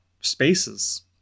spaces